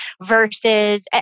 versus